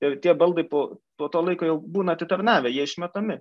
ir tie baldai po po to laiko jau būna atitarnavę jie išmetami